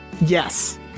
Yes